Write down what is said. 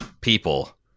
people